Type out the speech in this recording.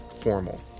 formal